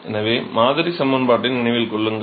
எனவே மாதிரி சமன்பாட்டை நினைவில் கொள்ளுங்கள்